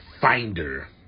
finder